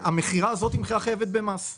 המכירה הזאת היא מכירה חייבת במס בעצם,